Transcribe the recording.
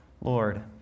Lord